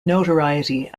notoriety